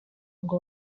ngo